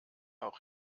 auch